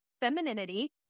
femininity